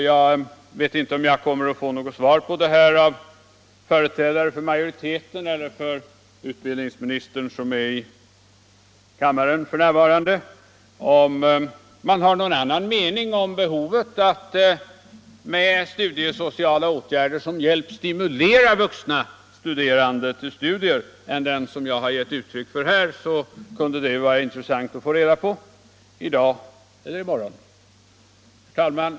Jag vet inte om jag kommer att få svar på det här från företrädare för majoriteten eller från utbildningsministern, som är i kammaren f. n. Har de någon annan mening om att syftet med de studiesociala åtgärderna är att stimulera vuxenstuderande till studier än den som jag har gett uttryck för här, kunde det vara intressant att få reda på detta i dag eller i morgon. Herr talman!